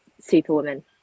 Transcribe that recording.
superwoman